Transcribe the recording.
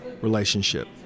relationship